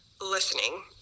listening